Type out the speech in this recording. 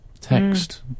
text